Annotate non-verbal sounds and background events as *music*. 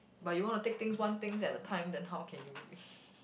but you want to take things one things at a time then how can you *laughs*